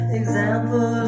example